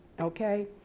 Okay